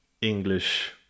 english